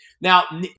Now